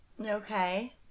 Okay